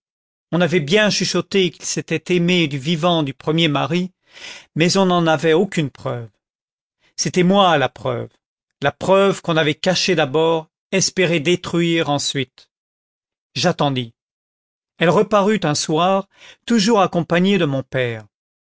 on avait bien chuchoté qu'ils s'étaient aimés du vivant du premier mari mais on n'en avait aucune preuve c'était moi la preuve la preuve qu'on avait cachée d'abord espéré détruire ensuite j'attendis elle reparut un soir toujours accompagnée de mon père